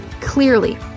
clearly